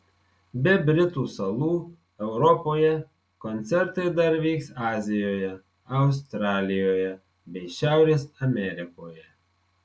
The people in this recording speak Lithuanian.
be britų salų europoje koncertai dar vyks azijoje australijoje bei šiaurės amerikoje